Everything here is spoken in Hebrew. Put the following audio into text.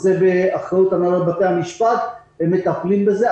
זה באחריות הנהלת בתי המשפט, הם מטפלים בזה.